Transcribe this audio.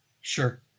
Sure